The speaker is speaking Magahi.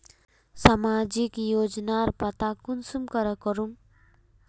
सामाजिक योजनार पता कुंसम करे करूम?